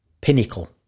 pinnacle